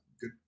good